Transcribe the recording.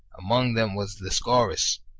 among them was the scaurus,